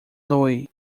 louis